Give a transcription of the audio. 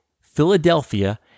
Philadelphia